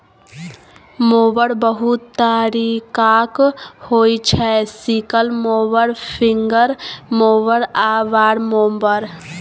mower बहुत तरीकाक होइ छै सिकल मोबर, फिंगर मोबर आ बार मोबर